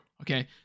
Okay